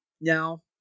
Now